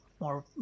more